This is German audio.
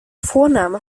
vorname